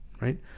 right